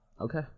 Okay